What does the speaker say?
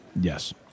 Yes